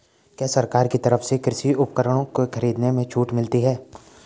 क्या सरकार की तरफ से कृषि उपकरणों के खरीदने में छूट मिलती है?